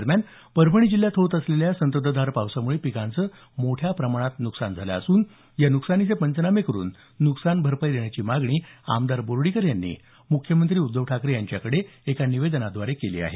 दरम्यान परभणी जिल्ह्यात होत असलेल्या संततधार पावसामुळे पिकांचे मोठ्या प्रमाणात नुकसान झालं असून या नुकसानीचे पंचनामे करून नुकसान भरपाई देण्याची मागणी आमदार बोर्डीकर यांनी मुख्यमंत्री उद्धव ठाकरे यांच्याकडे एका निवेदनाद्वारे केली आहे